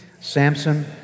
Samson